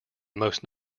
most